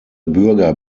bürger